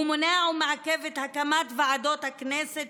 הוא מונע ומעכב את הקמת ועדות הכנסת,